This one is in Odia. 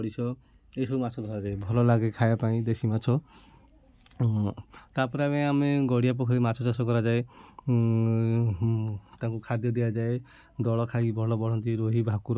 ଗଡ଼ିଶ ଏ ସବୁ ମାଛ ଧରାଯାଏ ଭଲ ଲାଗେ ଖାଇବା ପାଇଁ ଦେଶୀ ମାଛ ତା'ପରେ ବି ଆମେ ଗଡ଼ିଆ ପୋଖରୀ ମାଛ ଚାଷ କରାଯାଏ ତାଙ୍କୁ ଖାଦ୍ୟ ଦିଆଯାଏ ଦଳ ଖାଇକି ଭଲ ବଢ଼ନ୍ତି ରୋହୀ ଭାକୁର